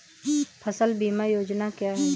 फसल बीमा योजना क्या है?